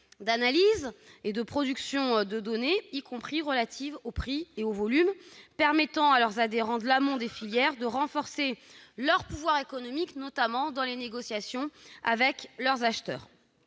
d'analyse et de production de données, y compris relatives aux prix et aux volumes, permettant à leurs adhérents de l'amont des filières de renforcer leur pouvoir économique dans les négociations avec leurs acheteurs.